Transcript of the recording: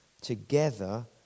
together